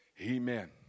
Amen